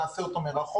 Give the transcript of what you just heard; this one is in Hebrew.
נעשה אותו מרחוק.